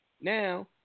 now